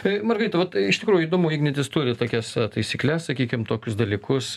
margarita vat iš tikrųjų įdomu ignitis turi tokias taisykles sakykim tokius dalykus